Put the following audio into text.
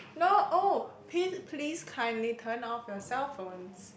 no oh please please kindly turn off your cell phones